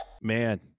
Man